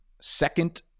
second